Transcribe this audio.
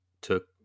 took